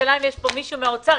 השאלה אם יש פה מישהו ממשרד האוצר.